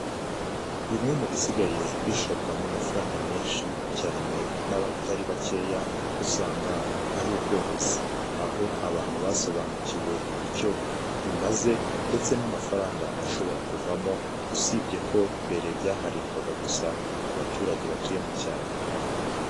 Bimwe mu bisigaye bishorwamo amafaranga menshi cyane n'abatari bakeya usanga ari ubworozi, aho abantu basobanukiwe icyo bimaze ndetse n'amafaranga ashobora kuvamo usibye ko mbere byaharirwaga gusa abaturage batuye mu cyaro.